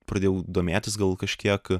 pradėjau domėtis gal kažkiek